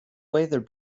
weather